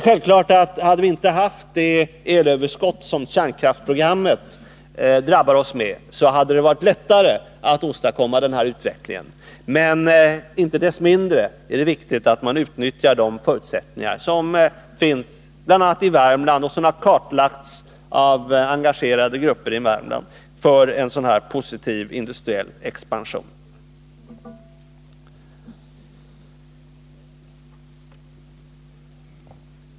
Självfallet hade det, om vi inte haft det elöverskott som kärnkraftsprogrammet har drabbat oss med, varit lättare att åstadkomma den här utvecklingen inom energisektorn, men icke desto mindre är det viktigt att man utnyttjar de förutsättningar som finns för en positiv industriell expansion. Detta gäller bl.a. för Värmland, vilket har kartlagts av engagerade grupper där.